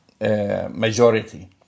majority